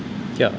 yeah